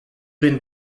been